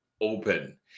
open